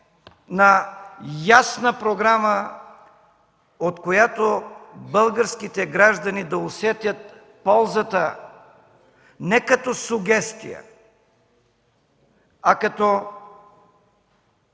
на ясна програма, от която българските граждани да усетят ползата не като сугестия, а като